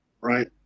right